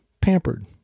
pampered